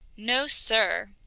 no, sir.